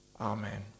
Amen